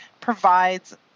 provides